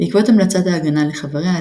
בעקבות המלצת "ההגנה" לחבריה,